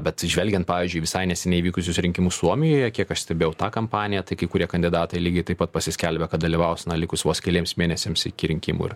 bet žvelgiant pavyzdžiui visai neseniai vykusius rinkimus suomijoje kiek aš stebėjau tą kampaniją tai kai kurie kandidatai lygiai taip pat pasiskelbė kad dalyvaus na likus vos keliems mėnesiams iki rinkimų ir